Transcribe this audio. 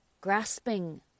grasping